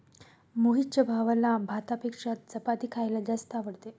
मोहितच्या भावाला भातापेक्षा चपाती खायला जास्त आवडते